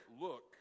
look